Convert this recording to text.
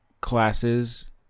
classes